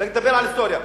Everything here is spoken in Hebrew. לדבר על היסטוריה.